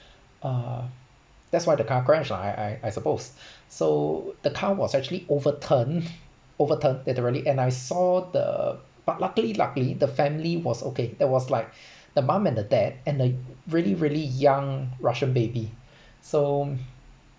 uh that's why the car crashed lah I I I suppose so the car was actually overturned overturned that really and I saw the but luckily luckily the family was okay that was like the mum and the dad and a really really young russian baby so